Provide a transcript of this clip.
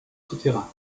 souterrains